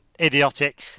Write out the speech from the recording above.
idiotic